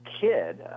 kid